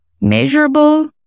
measurable